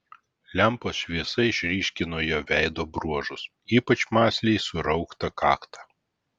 lempos šviesa išryškino jo veido bruožus ypač mąsliai surauktą kaktą